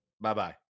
Bye-bye